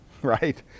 right